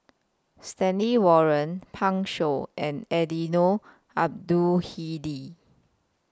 Stanley Warren Pan Shou and Eddino Abdul Hadi